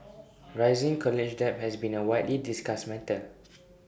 rising college debt has been A widely discussed matter